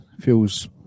feels